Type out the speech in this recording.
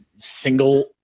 Single